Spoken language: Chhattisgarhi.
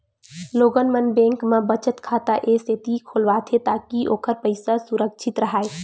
लोगन मन बेंक म बचत खाता ए सेती खोलवाथे ताकि ओखर पइसा सुरक्छित राहय